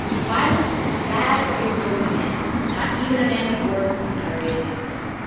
violence is bad for a lowly man. not even a man of worth can carry it easily.